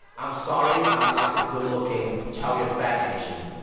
i'm sorry i'm not the good-looking, chow yun-fat asian,